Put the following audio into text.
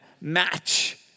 match